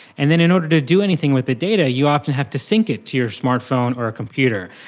and then in order to do anything with the data you often have to sync it to your smart phone or a computer.